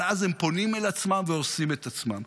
אבל אז הם פונים אל עצמם והורסים את עצמם.